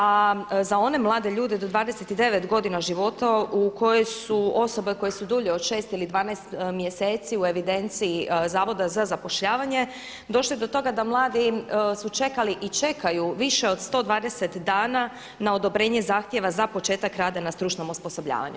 A za one mlade ljude do 29 godina života u kojoj su osobe koje su dulje od 6 ili 12 mjeseci u evidenciji Zavoda za zapošljavanje došli do toga da mladi su čekali i čekaju više od 120 dana na odobrenje zahtjeva za početak rada na stručnom osposobljavanju.